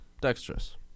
dexterous